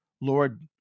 Lord